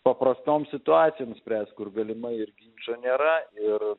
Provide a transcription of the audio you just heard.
paprastom situacijom spręst kur galimai ir ginčo nėra ir